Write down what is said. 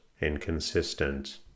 inconsistent